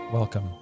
welcome